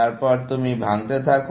তারপর তুমি ভাঙ্গতে থাকো